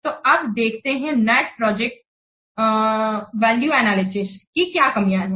तो अब देखते हैं नेट प्रेजेंट वैल्यू एनालिसिस कि क्या कमियाँ है